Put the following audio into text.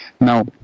now